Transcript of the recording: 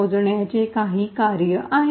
मोजण्याचे काही कार्य आहे